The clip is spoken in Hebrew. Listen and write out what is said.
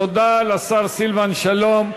תודה לשר סילבן שלום.